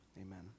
Amen